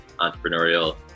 entrepreneurial